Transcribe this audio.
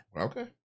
Okay